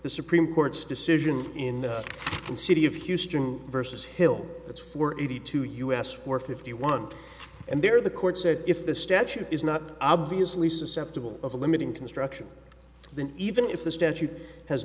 the supreme court's decision in the second city of houston versus hill that's four eighty two us four fifty one and there the court said if the statute is not obviously susceptible of a limiting construction then even if the statute has